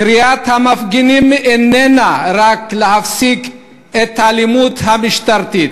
קריאת המפגינים איננה רק להפסיק את האלימות המשטרתית.